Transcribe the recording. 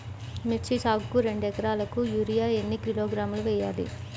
మిర్చి సాగుకు రెండు ఏకరాలకు యూరియా ఏన్ని కిలోగ్రాములు వేయాలి?